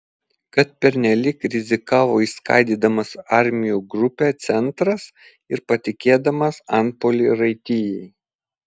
kad pernelyg rizikavo išskaidydamas armijų grupę centras ir patikėdamas antpuolį raitijai